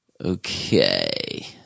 Okay